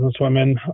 businesswomen